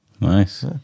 Nice